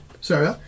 Sorry